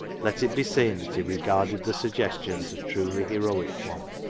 let it be seen that he regarded the suggestion as a truly heroic one,